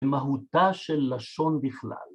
‫במהותה של לשון בכלל.